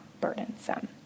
burdensome